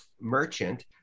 merchant